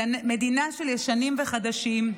מדינה של ישנים וחדשים.